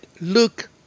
look